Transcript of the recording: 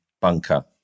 bunker